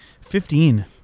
Fifteen